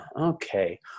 okay